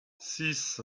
six